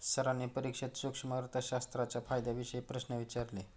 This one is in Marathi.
सरांनी परीक्षेत सूक्ष्म अर्थशास्त्राच्या फायद्यांविषयी प्रश्न विचारले